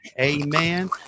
amen